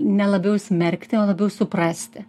ne labiau smerkti o labiau suprasti